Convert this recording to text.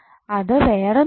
അത്വേറൊന്നുമല്ല